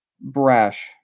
brash